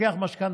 לוקח משכנתה.